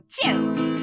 Two